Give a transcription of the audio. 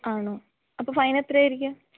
ആണോ അപ്പം ഫൈൻ എത്രയായിരിക്കും